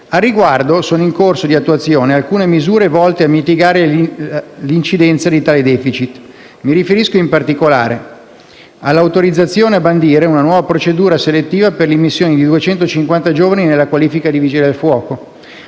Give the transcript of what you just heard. Al riguardo, sono in corso di attuazione alcune misure volte a mitigare l'incidenza di tale *deficit*. Mi riferisco, in particolare: all'autorizzazione a bandire una nuova procedura selettiva per l'immissione di 250 giovani nella qualifica di vigile del fuoco;